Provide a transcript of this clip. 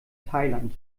thailand